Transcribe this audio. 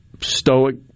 stoic